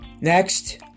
Next